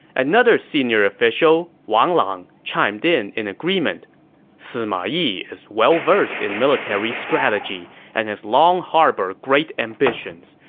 another senior official, wang lang, chimed in in agreement sima yi is well-versed in military strategy and has long harbored great ambitions.